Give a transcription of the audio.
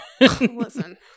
Listen